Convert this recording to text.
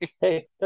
Hey